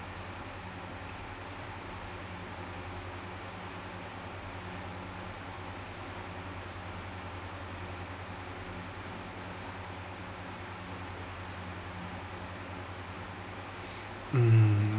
mm